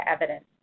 evidence